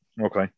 Okay